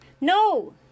No